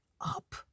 up